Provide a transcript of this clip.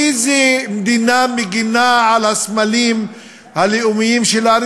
איזו מדינה מגינה על הסמלים הלאומיים שלה?